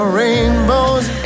rainbows